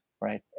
right